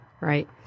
Right